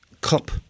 cup